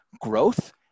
growth